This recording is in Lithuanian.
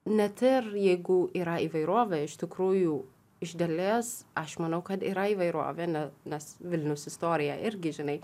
net ir jeigu yra įvairovė iš tikrųjų iš dalies aš manau kad yra įvairovė ne nes vilniaus istorija irgi žinai